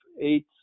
eight